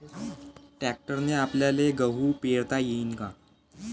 ट्रॅक्टरने आपल्याले गहू पेरता येईन का?